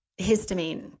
Histamine